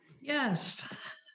Yes